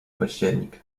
październik